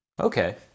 Okay